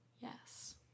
yes